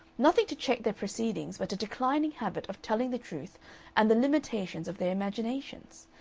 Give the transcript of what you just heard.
nothing to check their proceedings but a declining habit of telling the truth and the limitations of their imaginations.